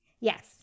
Yes